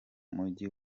mujyi